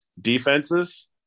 defenses